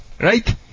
Right